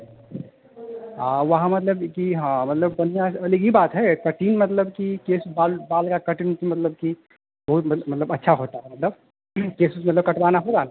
हाँ वहाँ मतलब कि हाँ मतलब बढ़िया अलग ही बात है यह कटिंग मतलब कि केस बाल बाल का कटिंग ओटिंग मतलब कि बहुत मतलब अच्छा होता है मतलब किसी से मतलब कटवाना होगा ना